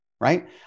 right